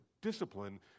discipline